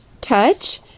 Touch